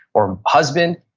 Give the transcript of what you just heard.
or husband.